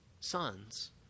sons